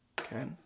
okay